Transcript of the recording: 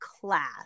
class